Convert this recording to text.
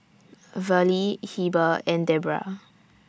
Verlie Heber and Debra